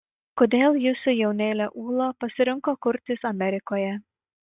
kodėl jūsų jaunėlė ūla pasirinko kurtis amerikoje